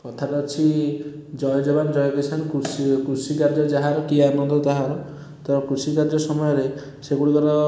କଥାରେ ଅଛି ଜୟ ଜବାନ ଜୟ କିସାନ କୃଷି କୃଷି କାର୍ଯ୍ୟ ଯାହାର କି ଆନନ୍ଦ ତାହାର ତ କୃଷି କାର୍ଯ୍ୟ ସମୟରେ ସେଗୁଡ଼ିକର